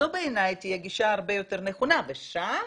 זו בעיניי תהיה גישה הרבה יותר נכונה ושם